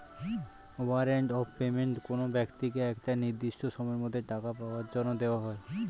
warrant of payment কোনো ব্যক্তিকে একটা নির্দিষ্ট সময়ের মধ্যে টাকা পাওয়ার জন্য দেওয়া হয়